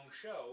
show